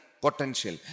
potential